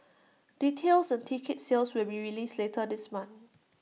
details on ticket sales will be released later this month